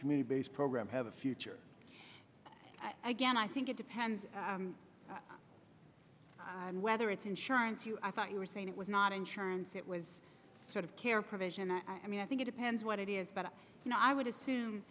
community based program have a future again i think it depends whether it's insurance you i thought you were saying it was not insurance it was sort of care provision i mean i think it depends what it is but you know i would